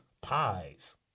pies